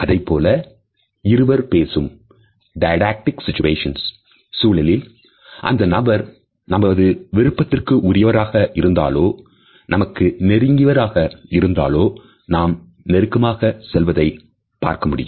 அதைப்போல இருவர் பேசும் சூழலில் அந்த நபர் நமது விருப்பத்திற்கு உரியவராக இருந்தாலோ நமக்கு நெருங்கியவர் ஆக இருந்தாலோ நாம் நெருக்கமாக செல்வதை பார்க்க முடியும்